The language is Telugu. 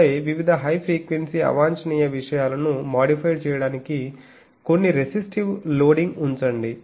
ఆపై వివిధ హై ఫ్రీక్వెన్సీ అవాంఛనీయ విషయాలను మాడిఫైడ్ చేయడానికి కొన్ని రెసిస్టివ్ లోడింగ్ ఉంచండి